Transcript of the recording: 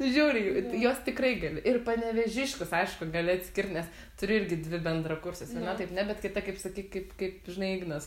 žiauriai juos tikrai gali ir panevėžiškius aišku gali atskirt nes turiu irgi dvi bendrakurses viena taip ne bet kita kaip sakei kaip kaip žinai ignas